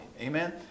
amen